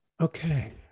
Okay